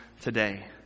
today